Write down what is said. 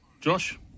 Josh